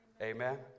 Amen